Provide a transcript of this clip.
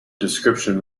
description